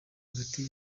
hagati